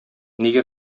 нигә